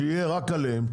שיהיה רק עליהם,